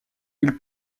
ils